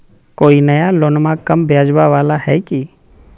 कोइ नया लोनमा कम ब्याजवा वाला हय की?